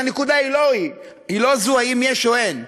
אבל הנקודה היא לא אם יש או אין,